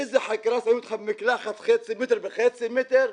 איזה חקירה - שמים אותך במקלחת חצי מטר על חצי מטר.